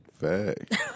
Fact